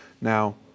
Now